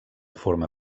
forma